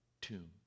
tomb